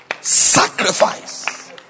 Sacrifice